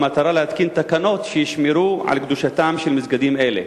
במטרה להתקין תקנות שישמרו על קדושתם של מסגדים אלה?